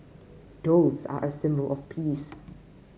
doves are a symbol of peace